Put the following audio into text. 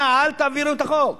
אנא, אל תביאו את החוק.